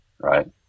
right